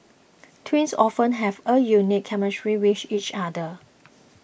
twins often have a unique chemistry with each other